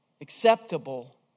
acceptable